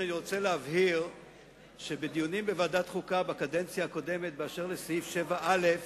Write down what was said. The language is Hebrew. אני רוצה להבהיר שבדיונים בוועדת החוקה בקדנציה הקודמת על סעיף 7א,